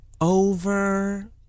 Over